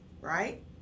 right